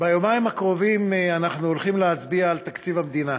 ביומיים הקרובים אנחנו הולכים להצביע על תקציב המדינה,